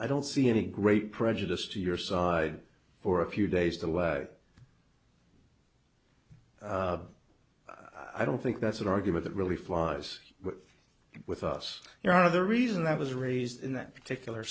i don't see any great prejudice to your side for a few days the way i don't think that's an argument that really flies with us you're out of the reason i was raised in that particular